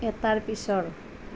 এটাৰ পিছৰ